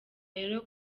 rero